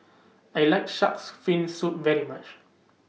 I like Shark's Fin Soup very much